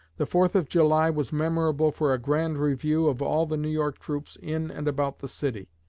the fourth of july was memorable for a grand review of all the new york troops in and about the city.